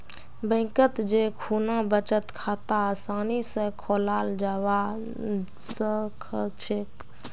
बैंकत जै खुना बचत खाता आसानी स खोलाल जाबा सखछेक